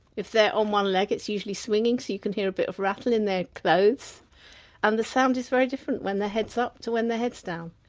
if they're on one leg it's usually swinging, so you can hear a bit of rattle in their clothes and the sound is very different when their head's up to when their head's down.